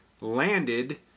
landed